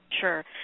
Sure